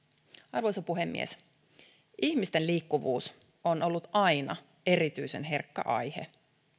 arvoisa puhemies ihmisten liikkuvuus on ollut aina erityisen herkkä aihe